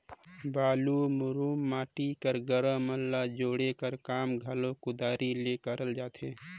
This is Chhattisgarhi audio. बालू, मुरूम, माटी कर गारा मन ल जोड़े कर काम घलो कुदारी ले करल जाथे